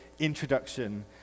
introduction